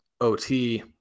ot